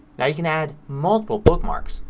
now you can add multiple bookmarks.